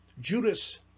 Judas